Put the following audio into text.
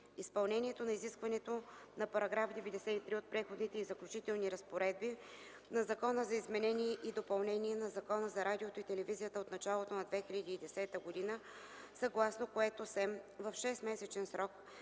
изпълнението на изискването в § 93 от Преходните и заключителните разпоредби на Закона за изпълнение и допълнение на Закона за радиото и телевизията от началото на 2010 г., съгласно което СЕМ в 6-месечен срок